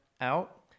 out